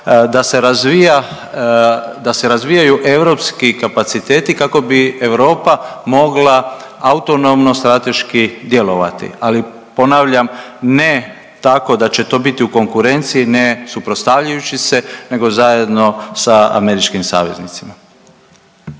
da se razvijaju europski kapaciteti kako bi Europa mogla autonomno strateški djelovati. Ali ponavljam ne tako da će to biti u konkurenciji, ne suprotstavljajući se nego zajedno sa američkim saveznicima.